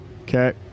Okay